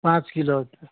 पाँच किलो